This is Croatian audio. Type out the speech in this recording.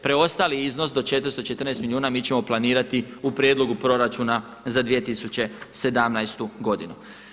Preostali iznos do 414 milijuna mi ćemo planirati u prijedlogu proračuna za 2017. godinu.